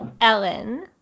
Ellen